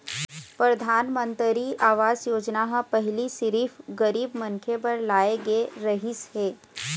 परधानमंतरी आवास योजना ह पहिली सिरिफ गरीब मनखे बर लाए गे रहिस हे